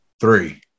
Three